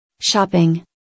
Shopping